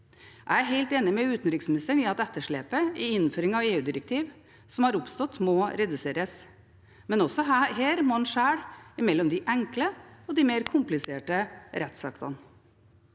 Jeg er helt enig med utenriksministeren i at etterslepet i innføring av EU-direktiv som har oppstått, må reduseres, men også her må man skjelne mellom de enkle og de mer kompliserte rettsaktene.